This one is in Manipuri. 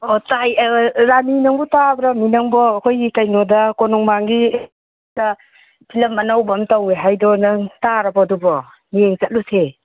ꯑꯣ ꯇꯥꯏ ꯔꯥꯅꯤ ꯅꯪꯕꯨ ꯇꯥꯕ꯭ꯔꯅꯦꯍꯦ ꯅꯪꯕꯣ ꯑꯩꯈꯣꯏꯅꯤ ꯀꯩꯅꯣꯗ ꯀꯣꯅꯨꯡ ꯃꯥꯡꯒꯤꯗ ꯐꯤꯂꯝ ꯑꯅꯧꯕ ꯑꯃ ꯇꯧꯋꯦ ꯍꯥꯏꯗꯣ ꯅꯪ ꯇꯥꯔꯕꯣ ꯑꯗꯨꯕꯣ ꯌꯦꯡ ꯆꯠꯂꯨꯁꯦ